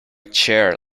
chair